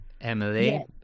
Emily